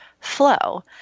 flow